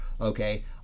okay